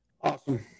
Awesome